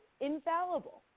infallible